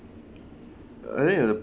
I uh